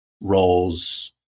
roles